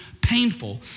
painful